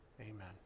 Amen